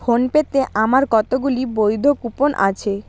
ফোনপেতে আমার কতগুলি বৈধ কুপন আছে